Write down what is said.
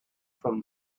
from